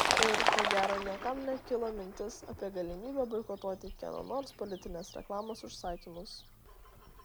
ir ko gero niekam nekilo mintis apie galimybę boikotuoti kieno nors politinės reklamos užsakymus